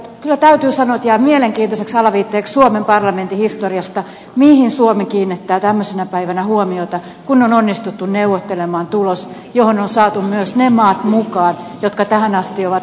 kyllä täytyy sanoa että jää mielenkiintoiseksi alaviitteeksi suomen parlamentin historiasta mihin suomi kiinnittää tämmöisenä päivänä huomiota kun on onnistuttu neuvottelemaan tulos johon on saatu myös ne maat mukaan jotka tähän asti ovat hangoitelleet vastaan